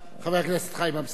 חבר הכנסת חיים אמסלם,